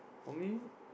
for me